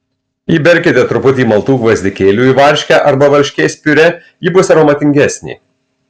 įberkite truputį maltų gvazdikėlių į varškę arba varškės piurė ji bus aromatingesnė